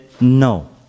no